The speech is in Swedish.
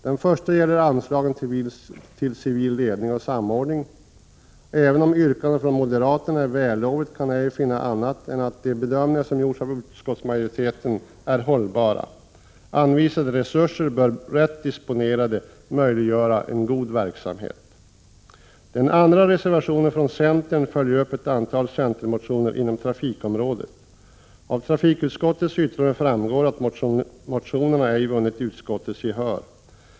Den första gäller anslaget till civil ledning och samordning. Även om yrkandet från moderaterna är vällovligt kan jag ej finna annat än att de bedömningar som gjorts av utskottsmajoriteten är hållbara. Anvisade resurser bör rätt disponerade möjliggöra en god verksamhet. Den andra reservationen från centern följer upp ett antal centermotioner inom trafikområdet. Av trafikutskottets yttrande framgår att motionerna ej vunnit utskottets gehör.